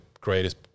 greatest